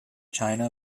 china